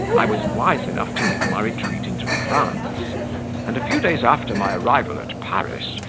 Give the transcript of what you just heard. i was wise enough to make my retreat into france and a few days after my arrival at paris,